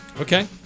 Okay